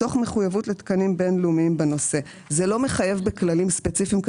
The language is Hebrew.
תוך מחויבות לתקנים בין לאומיים בנושא;" זה לא מחייב בכללים ספציפיים,